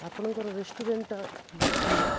ଆପଣଙ୍କର ରେଷ୍ଟୁରାଣ୍ଟଟା ବହୁତ ସୁନ୍ଦର